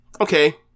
Okay